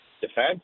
defense